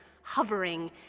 hovering